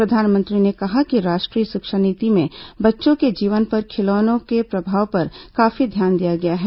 प्रधानमंत्री कहा कि राष्ट्रीय शिक्षा नीति में बच्चों के जीवन पर खिलौनों के प्रभाव पर काफी ध्यान दिया गया है